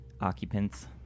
occupants